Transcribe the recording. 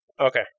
okay